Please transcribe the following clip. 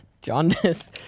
Jaundice